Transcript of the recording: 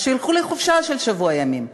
אז שילכו לחופשה של שבוע ימים,